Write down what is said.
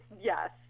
Yes